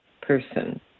person